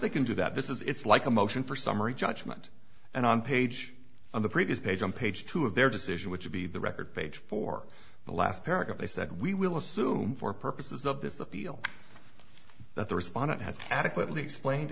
they can do that this is it's like a motion for summary judgment and on page on the previous page on page two of their decision which would be the record page for the last paragraph they said we will assume for purposes of this appeal that the respondent has adequately explained